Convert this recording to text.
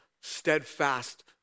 steadfast